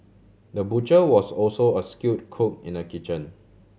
the butcher was also a skilled cook in the kitchen